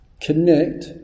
connect